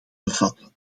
bevatte